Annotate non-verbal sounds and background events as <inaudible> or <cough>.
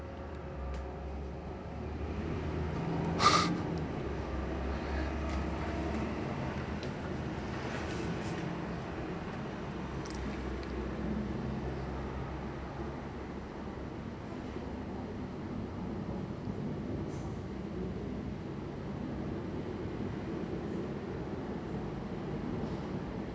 <laughs>